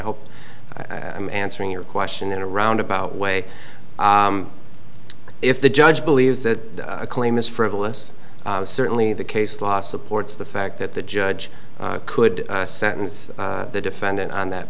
hope i'm answering your question in a roundabout way if the judge believes that a claim is frivolous certainly the case law supports the fact that the judge could sentence the defendant on that